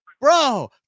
bro